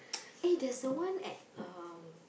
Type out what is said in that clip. eh there's the one at um